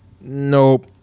nope